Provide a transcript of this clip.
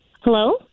Hello